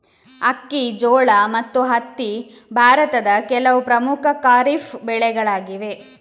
ಅಕ್ಕಿ, ಜೋಳ ಮತ್ತು ಹತ್ತಿ ಭಾರತದ ಕೆಲವು ಪ್ರಮುಖ ಖಾರಿಫ್ ಬೆಳೆಗಳಾಗಿವೆ